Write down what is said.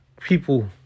people